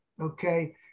Okay